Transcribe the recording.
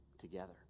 together